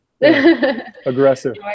Aggressive